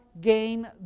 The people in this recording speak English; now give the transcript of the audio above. gain